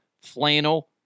flannel